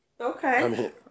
Okay